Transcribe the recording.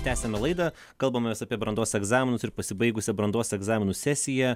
tęsiame laidą kalbamės apie brandos egzaminus ir pasibaigusią brandos egzaminų sesiją